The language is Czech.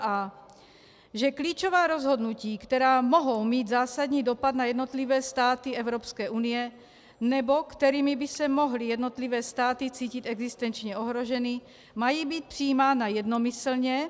a) že klíčová rozhodnutí, která mohou mít zásadní dopad na jednotlivé státy EU nebo kterými by se mohly jednotlivé státy cítit existenčně ohroženy, mají být přijímána jednomyslně a